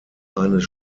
eines